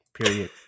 period